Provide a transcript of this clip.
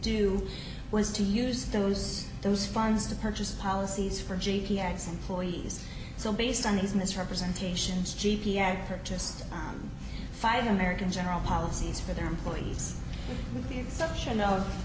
do was to use those those funds to purchase policies for g p s employees so based on these misrepresentations g p s purchased five american general policies for their employees with the exception of